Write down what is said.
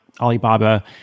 Alibaba